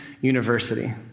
University